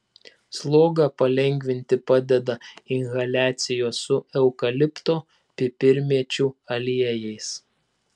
slogą palengvinti padeda inhaliacijos su eukalipto pipirmėčių aliejais